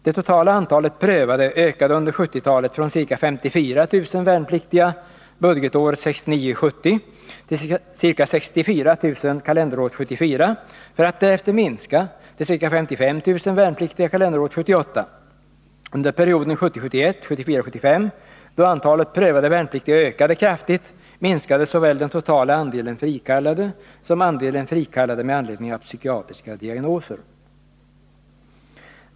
Det totala antalet prövade ökade under 1970-talet från ca 54000 värnpliktiga budgetåret 1969 71-1974/75, då antalet prövade värnpliktiga ökade kraftigt, minskade såväl den totala andelen frikallade som andelen frikallade med anledning av psykiatriska diagnoser.